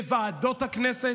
בוועדות הכנסת.